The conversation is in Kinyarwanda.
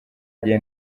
gihe